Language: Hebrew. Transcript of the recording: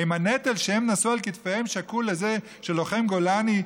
האם הנטל שהם נשאו על כתפיהם שקול לזה של לוחם גולני,